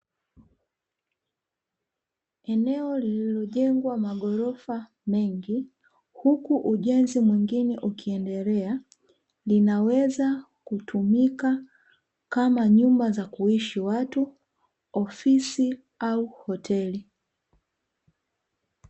Eneo lililojengwa magorofa mengi, huku ujenzi mwingine ukiendelea, linaweza kutumika kama nyumba za kuishi watu, ofisi au hoteli.